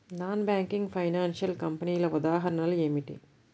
Non banking financial కంపెనీల ఉదాహరణలు ఏమిటి?